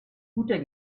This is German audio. guter